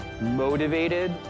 motivated